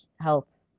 health